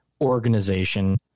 organization